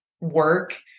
work